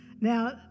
Now